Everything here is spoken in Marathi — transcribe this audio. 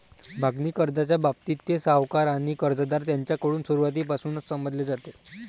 मागणी कर्जाच्या बाबतीत, ते सावकार आणि कर्जदार यांच्याकडून सुरुवातीपासूनच समजले जाते